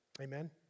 Amen